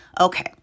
Okay